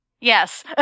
Yes